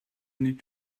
need